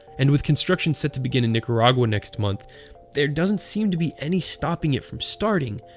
and with construction set to begin in nicaragua next month there doesn't seem to be any stopping it from starting.